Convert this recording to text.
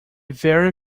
very